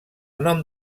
nom